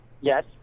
Yes